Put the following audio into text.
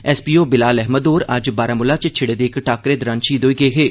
एस P O Bilal Ahmad होर अज्ज बारामूला च छिड़े दे इक टाक्करे दरान शहीद होई गे हे